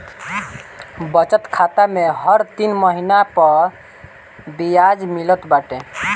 बचत खाता में हर तीन महिना पअ बियाज मिलत बाटे